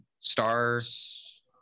stars